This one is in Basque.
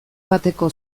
bateko